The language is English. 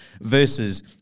Versus